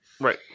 Right